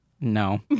no